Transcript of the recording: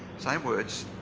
same words.